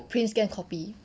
print scan copy